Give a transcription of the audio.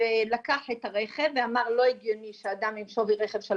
שלקח את הרכב ואמר לא הגיוני שאדם עם שווי רכב של